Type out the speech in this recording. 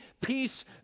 Peace